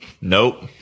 Nope